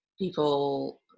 people